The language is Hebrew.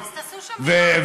אז תעשו שם מדינה.